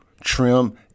trim